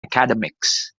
academics